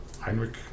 Heinrich